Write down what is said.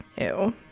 Ew